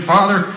Father